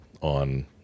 on